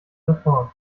refrain